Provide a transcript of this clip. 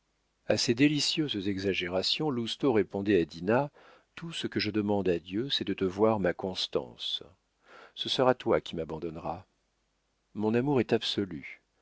a ces délicieuses exagérations lousteau répondait à dinah tout ce que je demande à dieu c'est de te voir ma constance ce sera toi qui m'abandonneras mon amour est absolu